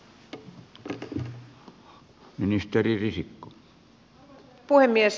arvoisa herra puhemies